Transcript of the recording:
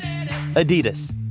Adidas